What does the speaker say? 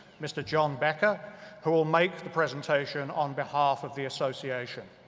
mr. john becker who will make the presentation on behalf of the association.